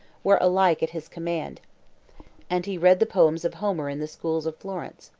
were alike at his command and he read the poems of homer in the schools of florence.